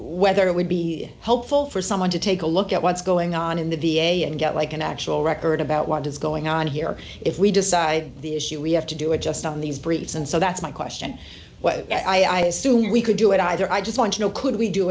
whether it would be helpful for someone to take a look at what's going on in the v a and get like an actual record about what is going on here if we decide the issue we have to do it just on these briefs and so that's my question what i assumed we could do it either i just want to know could we do